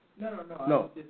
No